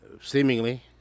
seemingly